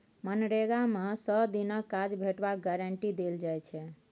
मनरेगा मे सय दिनक काज भेटबाक गारंटी देल जाइ छै